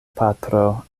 patro